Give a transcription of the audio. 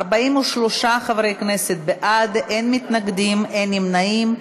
43 חברי הכנסת בעד, אין מתנגדים, אין נמנעים.